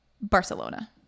Barcelona